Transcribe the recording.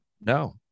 No